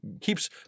keeps